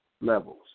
levels